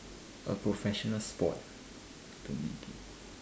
a professional sport